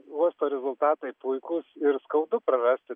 uosto rezultatai puikūs ir skaudu prarasti